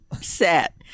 set